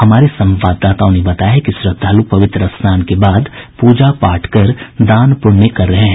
हमारे संवाददाताओं ने बताया है कि श्रद्वालु पवित्र स्नान के बाद पूजा पाठ कर दान पुण्य कर रहे हैं